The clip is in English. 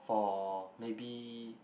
for maybe